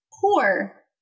poor